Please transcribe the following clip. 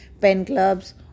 pen-clubs